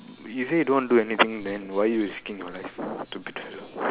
you say you don't want do anything than why are you risking your life to